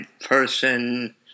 person